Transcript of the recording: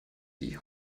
die